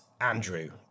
Andrew